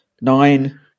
nine